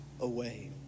away